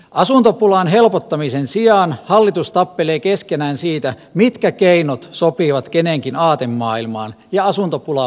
asuntopulan helpottamisen sijaan hallitus tappelee keskenään siitä mitkä keinot sopivat kenenkin aatemaailmaan ja asuntopula vain kärjistyy